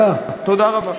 תודה רבה.